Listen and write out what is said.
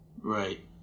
Right